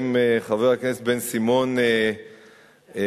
אם חבר הכנסת בן-סימון מתיימר,